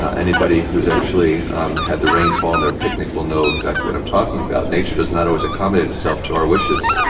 ah anybody who's actually had the rain fall on their picnic will know exactly what i'm talking about. nature does not always accommodate itself to our wishes,